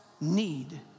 need